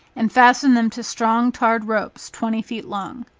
and fasten them to strong tarred ropes twenty feet long.